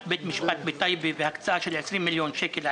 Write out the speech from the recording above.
בית משפט בטייבה והקצאה של 20 מיליון שקל,